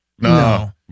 no